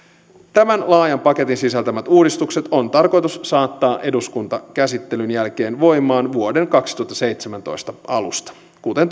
tämän laajan paketin sisältämät uudistukset on tarkoitus saattaa eduskuntakäsittelyn jälkeen voimaan vuoden kaksituhattaseitsemäntoista alusta kuten